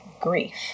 grief